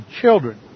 children